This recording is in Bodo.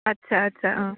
आदसा आदसा अ